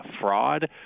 fraud